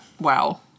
Wow